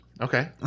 Okay